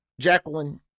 jacqueline